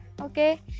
Okay